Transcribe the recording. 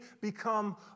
become